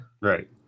Right